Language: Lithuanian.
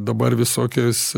dabar visokias